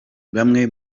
bamwe